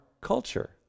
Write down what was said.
culture